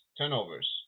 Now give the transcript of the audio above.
Turnovers